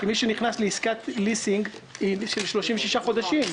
כי מי שנכנס לעסקת ליסינג היא של 36 חודשים,